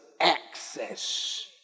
access